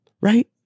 Right